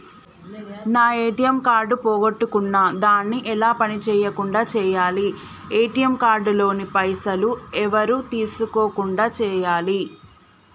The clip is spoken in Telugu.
నా ఏ.టి.ఎమ్ కార్డు పోగొట్టుకున్నా దాన్ని ఎలా పని చేయకుండా చేయాలి ఏ.టి.ఎమ్ కార్డు లోని పైసలు ఎవరు తీసుకోకుండా చేయాలి?